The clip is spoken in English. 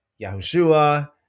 Yahushua